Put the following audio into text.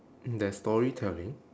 mm there's storytelling